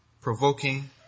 provoking